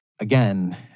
again